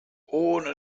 ohne